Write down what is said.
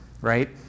right